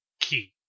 key